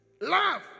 love